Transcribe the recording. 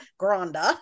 Granda